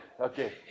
Okay